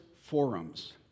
forums